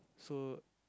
so